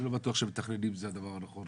אני לא בטוח שמתכננים זה הדבר הנכון.